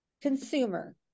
consumer